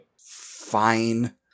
Fine